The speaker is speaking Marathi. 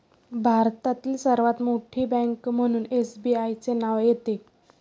भारतातील सर्वात मोठी बँक म्हणून एसबीआयचे नाव येते